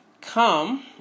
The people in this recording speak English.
come